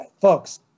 folks